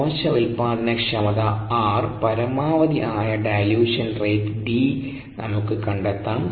കോശ ഉൽപാദനക്ഷമത r പരമാവധി ആയ ഡൈല്യൂഷൻ റേറ്റ് D നമുക്ക് കണ്ടെത്താം